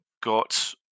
Got